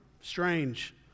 strange